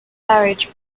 marriage